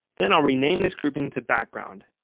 then i'll rename this grouping to background.